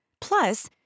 Plus